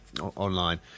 online